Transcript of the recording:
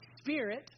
spirit